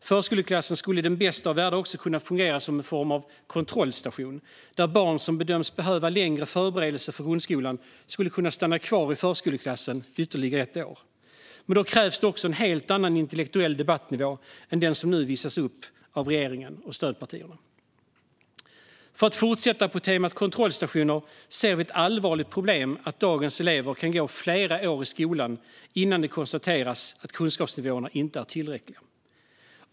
Förskoleklassen skulle i den bästa av världar också kunna fungera som en form av kontrollstation där barn som bedöms behöva längre förberedelse för grundskolan skulle kunna stanna kvar i förskoleklassen i ytterligare ett år. Men då krävs en helt annan intellektuell debattnivå än den som nu visas upp av regeringen och stödpartierna. För att fortsätta på temat kontrollstationer ser vi ett allvarligt problem att dagens elever kan gå flera år i skolan innan det konstateras att kunskapsnivåerna inte är tillräckliga.